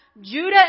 Judah